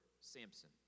Samson